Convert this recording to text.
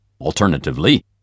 Alternatively